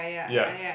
ya